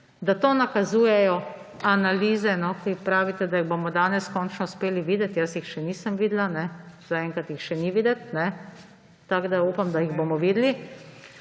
da to nakazujejo analize, ki jih pravite, da jih bomo danes končno uspeli videti – jaz jih še nisem videla, zaenkrat jih še ni videti, tako da upam, da jih bomo videli.